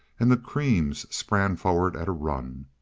and the creams sprang forward at a run.